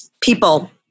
people